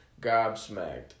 Gobsmacked